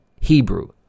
Hebrew